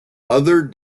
other